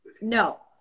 No